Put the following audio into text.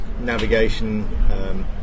navigation